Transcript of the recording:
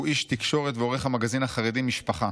שהוא איש תקשורת ועורך המגזין החרדי "משפחה".